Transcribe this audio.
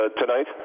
tonight